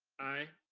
aye.